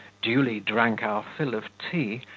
duly drank our fill of tea,